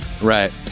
Right